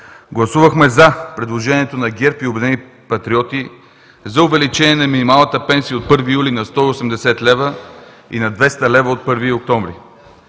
гласувахме за предложението на ГЕРБ и „Обединени патриоти“ за увеличението на минималната пенсия от 1 юли на 180 лв. и на 200 лв. от 1 октомври.